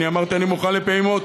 אמרתי שאני מוכן לפעימות,